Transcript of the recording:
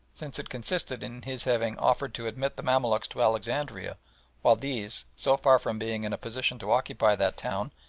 since it consisted in his having offered to admit the mamaluks to alexandria while these, so far from being in a position to occupy that town,